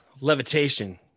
Levitation